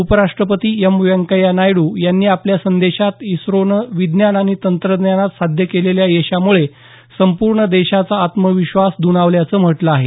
उपराष्ट्रपती एम व्यंकय्या नायडू यांनी आपल्या संदेशात इस्रोनं विज्ञान आणि तंत्रज्ञानात साध्य केलेल्या यशामुळे संपूर्ण देशाचा आत्मविश्वास दुणावल्याचं म्हटलं आहे